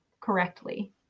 correctly